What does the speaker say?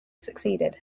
succeeded